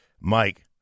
Mike